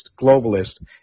globalist